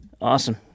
Awesome